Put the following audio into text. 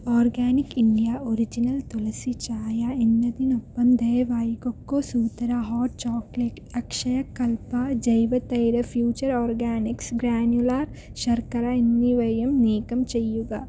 organic India original Tulsi ചായ എന്നതിനൊപ്പം ദയവായി cocoa Sutra hot chocolate Akshaya Kalpa ജൈവ തൈര് ഫ്യൂച്ചർ ഓർഗാനിക്സ് ഗ്രാനുലാർ ശർക്കര എന്നിവയും നീക്കം ചെയ്യുക